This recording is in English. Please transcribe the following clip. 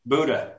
Buddha